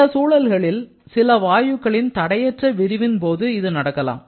ஒரு சில சூழல்களில் சில வாயுக்களின் தடையற்ற விரிவின் போது இது நடக்கலாம்